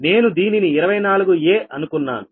నేను దీనిని 24 అనుకున్నాను